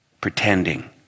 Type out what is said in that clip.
pretending